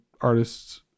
artists